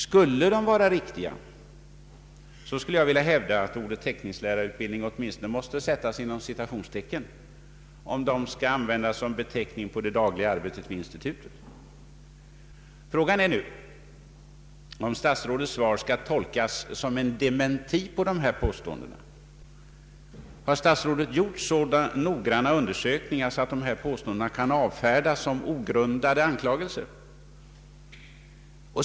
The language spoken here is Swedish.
Skulle de vara riktiga, vill jag hävda att ordet teckningslärarutbildning åtminstone måste sättas inom citationstecken, om det skall användas såsom beteckning för det dagliga arbetet vid institutet. Frågan är nu om statsrådets svar skall tolkas såsom en dementi på dessa påståenden. Har statsrådet gjort en sådan noggrann undersökning att han kan avfärda påståendena såsom ogrundade anklagelser?